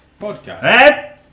Podcast